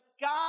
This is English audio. God